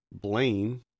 Blaine